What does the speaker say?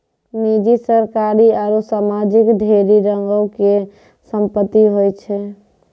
निजी, सरकारी आरु समाजिक ढेरी रंगो के संपत्ति होय छै